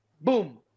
boom